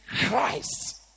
Christ